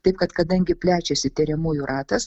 taip kad kadangi plečiasi tiriamųjų ratas